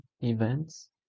events